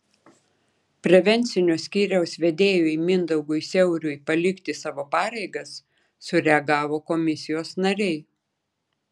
prevencinio skyriaus vedėjui mindaugui siauriui palikti savo pareigas sureagavo komisijos nariai